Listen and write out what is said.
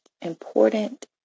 important